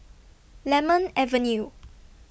Lemon Avenue